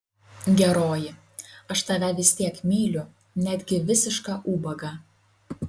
geroji aš tave vis tiek myliu netgi visišką ubagą